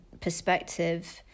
perspective